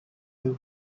hill